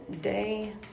day